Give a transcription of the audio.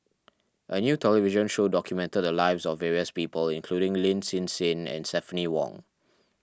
a new television show documented the lives of various people including Lin Hsin Hsin and Stephanie Wong